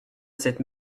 cette